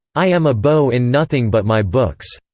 i am a beau in nothing but my books.